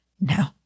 No